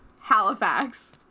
Halifax